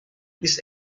this